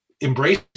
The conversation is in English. embrace